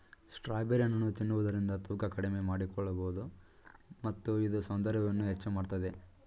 strawberry ಹಣ್ಣನ್ನು ತಿನ್ನುವುದರಿಂದ ತೂಕ ಕಡಿಮೆ ಮಾಡಿಕೊಳ್ಳಬೋದು ಮತ್ತು ಇದು ಸೌಂದರ್ಯವನ್ನು ಹೆಚ್ಚು ಮಾಡತ್ತದೆ